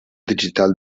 digital